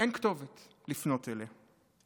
אין כתובת לפנות אליה.